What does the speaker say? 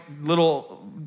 little